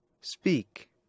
Speak